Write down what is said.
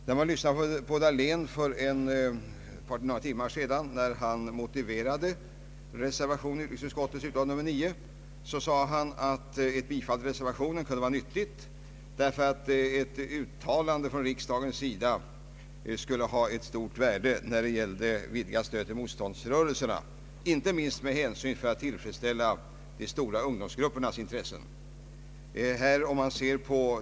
När herr Dahlén för några timmar sedan motiverade reservationen, sade han att ett bifall till reservationen skulle vara nyttigt, därför att ett uttalande av riksdagen om ett vidgat stöd till motståndsrörelserna skulle ha ett mycket stort värde inte minst för att tillgodose ungdomsgruppernas <intressen.